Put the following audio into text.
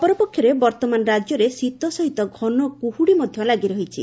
ଅପରପକ୍ଷରେ ବର୍ଉମାନ ରାଜ୍ୟରେ ଶୀତ ସହିତ ଘନକୁହୁଡ଼ି ମଧ୍ଧ ଲାଗି ରହିଛି